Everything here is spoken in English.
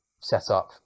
setup